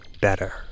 better